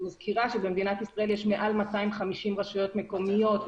ואני מזכירה שבמדינת ישראל יש מעל 250 רשויות מקומיות,